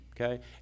Okay